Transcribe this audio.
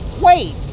wait